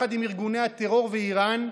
יחד עם ארגוני הטרור ואיראן,